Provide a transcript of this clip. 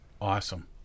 awesome